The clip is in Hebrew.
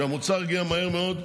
שהמוצר יגיע מהר מאוד,